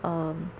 um